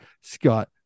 Scott